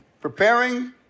preparing